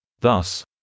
Thus